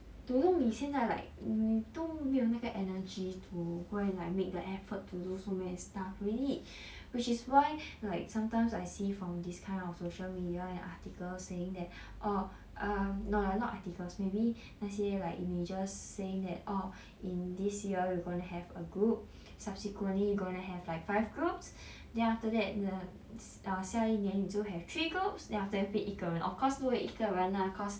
to 弄你现在 like mm 都没有那个 energy to go and like make the effort to do so many stuff really which is why like sometimes I see from this kind of social media and article saying that orh um no lah not articles maybe 那些 like images saying that orh in this year you gonna have a group subsequently you gonna have like five groups then after that um 下一年你就 have three groups then after that 变一个人 of course 会一个人 lah cause